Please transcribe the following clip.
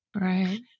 right